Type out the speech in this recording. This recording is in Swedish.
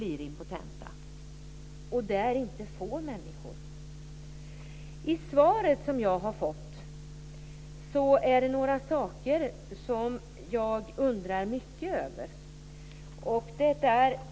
Det är inte få människor. I svaret som jag har fått finns det några saker som jag undrar mycket över.